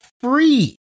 free